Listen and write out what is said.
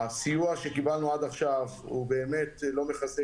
הסיוע שקיבלנו עד עכשיו הוא לא מכסה